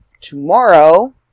tomorrow